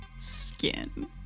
skin